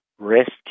risk